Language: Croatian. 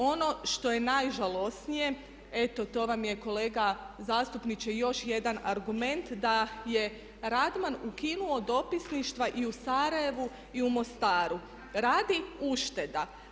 Ono što je najžalosnije eto to vam je kolega zastupniče još jedan argument da je Radman ukinuo dopisništva i u Sarajevu i u Mostaru radi ušteda.